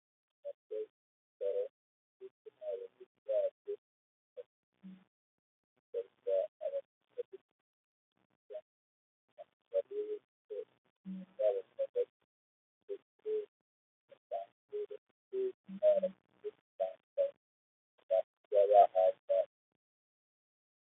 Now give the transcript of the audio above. Abantu bahagaze harimo abicaye bari gusuzumwa .